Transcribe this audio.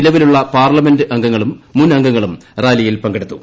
നിലവിലുള്ള പാർലമെന്റ് അംഗങ്ങളും മുൻ അംഗങ്ങളും റാലിയിൽ പങ്കെടുത്തു